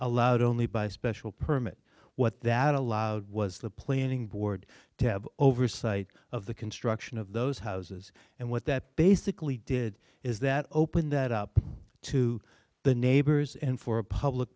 allowed only by a special permit what that allowed was the planning board to have oversight of the construction of those houses and what that basically did is that open that up to the neighbors and for a public